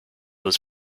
was